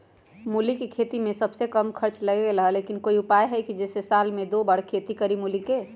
मूली के खेती में सबसे कम खर्च लगेला लेकिन कोई उपाय है कि जेसे साल में दो बार खेती करी मूली के?